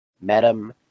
Madam